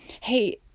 hey